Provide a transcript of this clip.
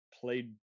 played